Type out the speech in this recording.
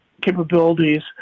capabilities